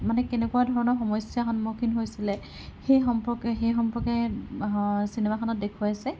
মানে কেনেকুৱা ধৰণৰ সমস্যা সন্মুখীন হৈছিলে সেই সম্পৰ্কে সেই সম্পৰ্কে চিনেমাখনত দেখুৱাইছে